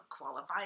qualifying